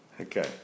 Okay